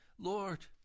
Lord